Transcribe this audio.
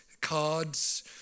cards